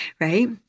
right